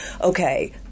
okay